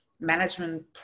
management